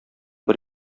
бер